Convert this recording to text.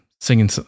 singing